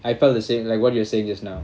I felt the same like what you're saying just now